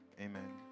Amen